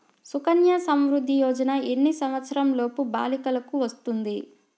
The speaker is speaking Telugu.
సుకన్య సంవృధ్ది యోజన ఎన్ని సంవత్సరంలోపు బాలికలకు వస్తుంది?